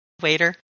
waiter